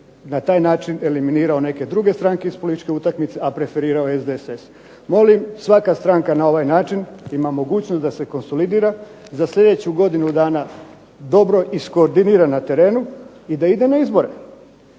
na taj način eliminirao neke druge stranke iz političke utakmice, a preferirao SDSS. Molim svaka stranka na ovaj način ima mogućnost da se konsolidira za sljedeću godinu dana dobro iskoordinira na terenu i da ide na izbore,